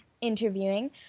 interviewing